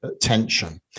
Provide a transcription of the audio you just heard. tension